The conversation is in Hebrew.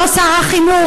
לא שר החינוך.